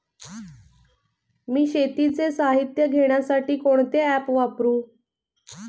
मी शेतीचे साहित्य घेण्यासाठी कोणते ॲप वापरु?